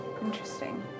interesting